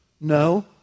No